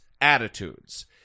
attitudes